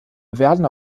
werden